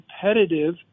competitive